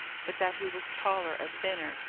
but that he was taller and thinner,